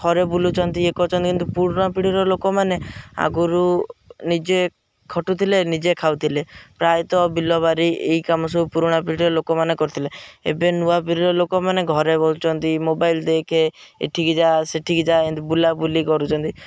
ଘରେ ବୁଲୁଛନ୍ତି ଇଏ କରୁଛନ୍ତି କିନ୍ତୁ ପୁରୁଣା ପିଢ଼ିର ଲୋକମାନେ ଆଗରୁ ନିଜେ ଖଟୁଥିଲେ ନିଜେ ଖାଉଥିଲେ ପ୍ରାୟତଃ ବିଲବାଡ଼ି ଏଇ କାମ ସବୁ ପୁରୁଣା ପିଢ଼ିର ଲୋକମାନେ କରୁଥିଲେ ଏବେ ନୂଆ ପିଢ଼ିର ଲୋକମାନେ ଘରେ ବୁଲୁଛନ୍ତି ମୋବାଇଲ୍ ଦେଖେ ଏଠିକି ଯା ସେଠିକି ଯା ଏନ୍ତି ବୁଲାବୁଲି କରୁଛନ୍ତି